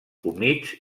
humits